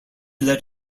led